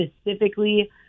specifically